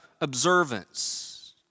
observance